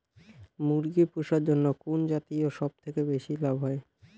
মুরগি পুষার জন্য কুন জাতীয় সবথেকে বেশি লাভ হয়?